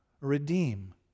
redeem